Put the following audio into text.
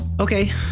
Okay